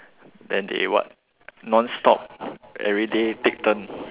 then they what they non stop everyday take turn